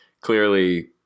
clearly